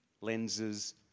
lenses